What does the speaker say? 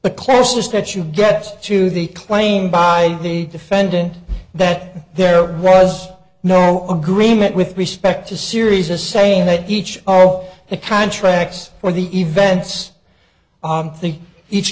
the closest that you get to the claim by the defendant that there was no agreement with respect to series a saying that each all the contracts were the events i think each